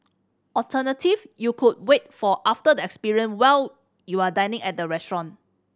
alternative you could wait for after the experience while you are dining at a restaurant